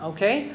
Okay